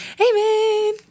Amen